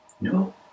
No